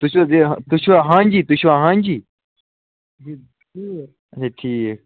تُہۍ چھُو حظ یہِ تُہۍ چھُوا ہانجی تُہۍ چھُو ہانجی اَچھا ٹھیٖک